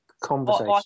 conversation